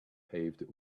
paved